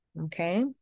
okay